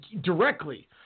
directly